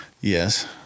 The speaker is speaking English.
Yes